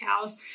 cows